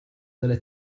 delle